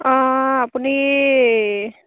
অঁ আপুনি